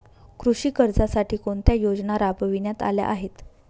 कृषी कर्जासाठी कोणत्या योजना राबविण्यात आल्या आहेत?